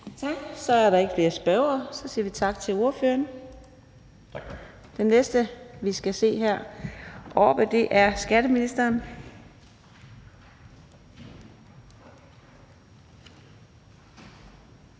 Tak. Så er der ikke flere spørgere, og så siger vi tak til ordføreren. Den næste, vi skal se heroppe på talerstolen, er skatteministeren.